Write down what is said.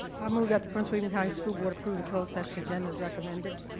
i move that the prince william county school board approve the closed session agenda as recommended.